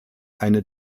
eine